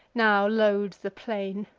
now load the plain.